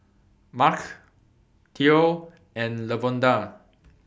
Marc Theo and Lavonda